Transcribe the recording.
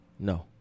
No